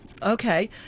Okay